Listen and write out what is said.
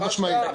חד-משמעית.